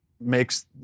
makes